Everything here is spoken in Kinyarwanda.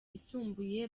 yisumbuye